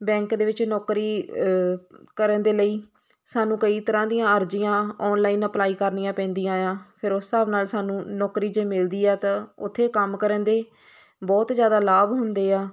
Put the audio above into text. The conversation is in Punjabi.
ਬੈਂਕ ਦੇ ਵਿੱਚ ਨੌਕਰੀ ਕਰਨ ਦੇ ਲਈ ਸਾਨੂੰ ਕਈ ਤਰ੍ਹਾਂ ਦੀਆਂ ਅਰਜ਼ੀਆਂ ਓਨਲਾਈਨ ਅਪਲਾਈ ਕਰਨੀਆਂ ਪੈਂਦੀਆਂ ਆ ਫਿਰ ਉਸ ਹਿਸਾਬ ਨਾਲ ਸਾਨੂੰ ਨੌਕਰੀ ਜੇ ਮਿਲਦੀ ਆ ਤਾਂ ਉੱਥੇ ਕੰਮ ਕਰਨ ਦੇ ਬਹੁਤ ਜ਼ਿਆਦਾ ਲਾਭ ਹੁੰਦੇ ਆ